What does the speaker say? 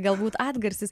galbūt atgarsis